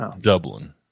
Dublin